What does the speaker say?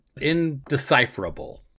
indecipherable